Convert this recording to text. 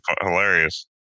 hilarious